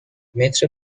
متر